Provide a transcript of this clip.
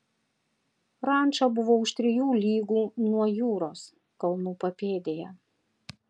ranča buvo už trijų lygų nuo jūros kalnų papėdėje